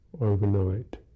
overnight